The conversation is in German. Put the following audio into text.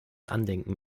andenken